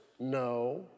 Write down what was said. No